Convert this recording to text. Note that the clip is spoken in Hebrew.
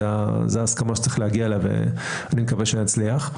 זאת ההסכמה שצריך להגיע אליה ואני מקווה שנצליח.